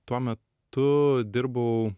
tuo metu dirbau